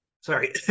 sorry